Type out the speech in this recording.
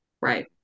Right